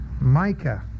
Micah